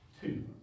Two